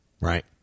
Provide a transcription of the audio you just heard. right